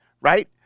right